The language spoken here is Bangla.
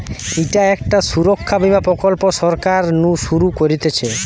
ইটা একটা সুরক্ষা বীমা প্রকল্প সরকার নু শুরু করতিছে